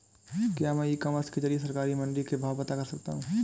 क्या मैं ecommerce के ज़रिए सरकारी मंडी के भाव पता कर सकता हूँ?